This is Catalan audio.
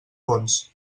fons